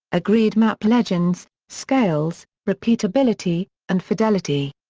agreed map legends, scales, repeatability, and fidelity.